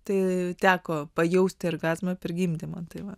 tai teko pajausti orgazmą per gimdymą tai va